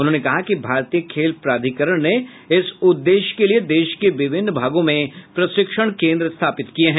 उन्होंने कहा कि भारतीय खेल प्राधिकरण ने इस उद्देश्य के लिए देश के विभिन्न भागों में प्रशिक्षण केन्द्र स्थापित किए हैं